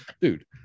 dude